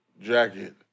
jacket